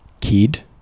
kid